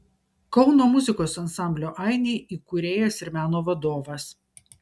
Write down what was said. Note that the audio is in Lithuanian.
kauno muzikos ansamblio ainiai įkūrėjas ir meno vadovas